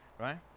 right